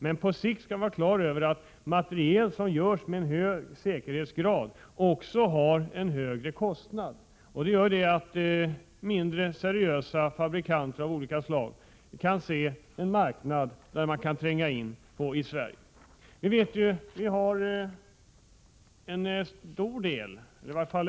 Men på sikt skall vi vara klara över att materiel som tillverkas med höga säkerhetskrav också medför högre kostnader. Det innebär att mindre seriösa fabrikanter av olika slag kan se att det finns en marknad i Sverige där man kan tränga in.